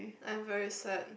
I'm very sad